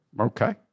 Okay